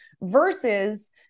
versus